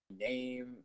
name